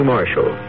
Marshall